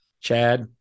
Chad